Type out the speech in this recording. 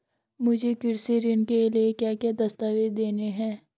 मुझे कृषि ऋण के लिए क्या क्या दस्तावेज़ देने हैं?